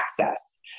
access